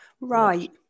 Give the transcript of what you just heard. right